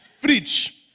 fridge